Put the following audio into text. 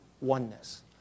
oneness